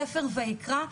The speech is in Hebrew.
ספר ויקרא,